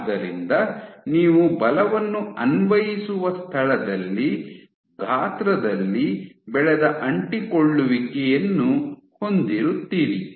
ಆದ್ದರಿಂದ ನೀವು ಬಲವನ್ನು ಅನ್ವಯಿಸುವ ಸ್ಥಳದಲ್ಲಿ ಗಾತ್ರದಲ್ಲಿ ಬೆಳೆದ ಅಂಟಿಕೊಳ್ಳುವಿಕೆಯನ್ನು ಹೊಂದಿರುತ್ತೀರಿ